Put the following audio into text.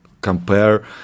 compare